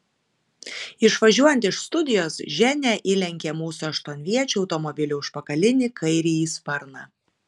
išvažiuojant iš studijos ženia įlenkė mūsų aštuonviečio automobilio užpakalinį kairįjį sparną